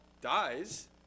dies